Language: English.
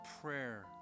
prayer